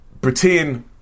Pretend